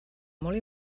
molt